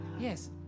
yes